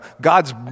God's